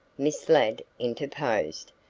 miss ladd interposed.